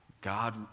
God